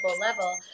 level